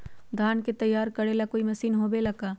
धान के तैयार करेला कोई मशीन होबेला का?